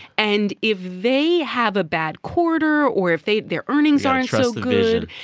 and if they have a bad quarter or if they their earnings aren't so good.